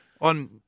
on